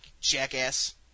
jackass